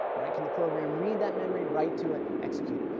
right. can the program read that memory, write to it, execute it.